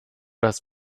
das